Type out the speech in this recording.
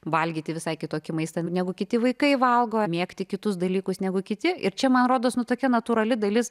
valgyti visai kitokį maistą negu kiti vaikai valgo mėgti kitus dalykus negu kiti ir čia man rodos nu tokia natūrali dalis